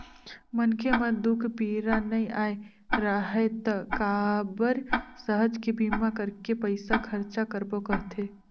मनखे म दूख पीरा नइ आय राहय त काबर सहज के बीमा करके पइसा खरचा करबो कहथे